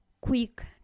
quick